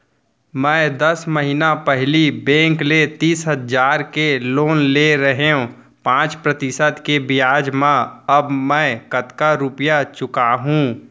मैं दस महिना पहिली बैंक ले तीस हजार के लोन ले रहेंव पाँच प्रतिशत के ब्याज म अब मैं कतका रुपिया चुका हूँ?